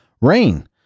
rain